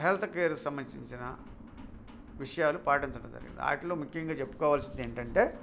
health కేర్కి సంబంధించిన విషయాలు పాటించటం జరిగింది వాటిలో ముఖ్యంగా చెప్పుకోవాల్సింది ఏంటంటే